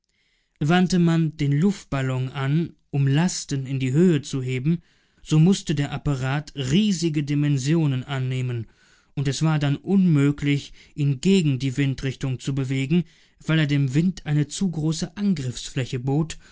wandte man den luftballon an um lasten in die höhe zu heben so mußte der apparat riesige dimensionen annehmen und es war dann unmöglich ihn gegen die windrichtung zu bewegen weil er dem wind eine zu große angriffsfläche bot